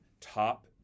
top